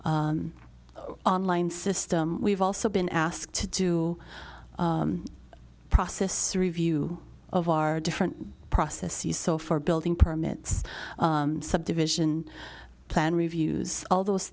our online system we've also been asked to do process review of our different processes so for building permits subdivision plan reviews all those